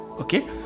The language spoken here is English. Okay